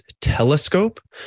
Telescope